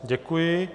Děkuji.